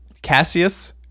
Cassius